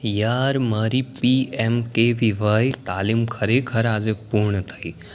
યાર મારી P M K V Y તાલીમ ખરેખર આજે પૂર્ણ થઈ